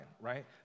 right